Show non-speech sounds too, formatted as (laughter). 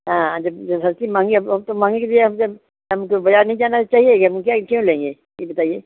हाँ जब हर चीज़ महँगी अब अब तो महँगी (unintelligible) हमको बाज़ार नहीं जाना चाहिए या मुझे इनके यहाँ लेंगे यह बताइए